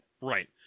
Right